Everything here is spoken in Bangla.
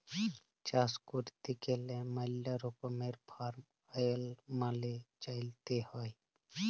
চাষ ক্যইরতে গ্যালে ম্যালা রকমের ফার্ম আইল মালে চ্যইলতে হ্যয়